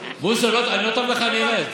בוסו, אני לא טוב לך, אני ארד.